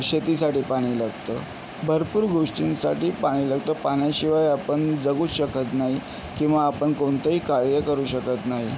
शेतीसाठी पाणी लागतं भरपूर गोष्टींसाठी पाणी लागतं पाण्याशिवाय आपण जगूच शकत नाही किंवा आपण कोणतंही कार्य करू शकत नाही